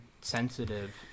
sensitive